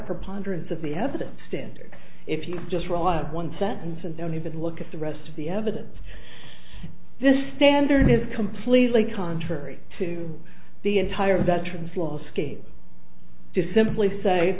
preponderance of the evidence standard if you just rely on one sentence and don't even look at the rest of the evidence this standard is completely contrary to the entire veterans law scheme to simply say